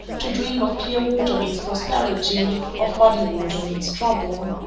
to dream of clear water means prosperity of muddy water means trouble.